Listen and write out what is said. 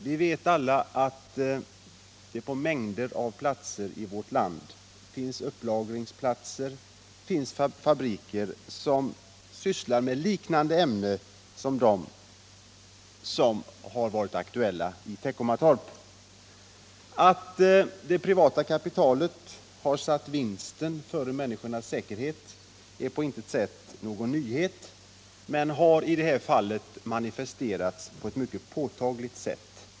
Vi vet alla att det på mängder av platser i vårt land finns fabriker som har upplagringsplatser för liknande ämnen som de aktuella i Teckomatorp. Att det privata kapitalet sätter vinsten före människornas säkerhet är på intet sätt någon nyhet, men detta har i det här fallet manifesterats på ett mycket påtagligt sätt.